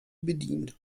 bedient